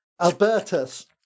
Albertus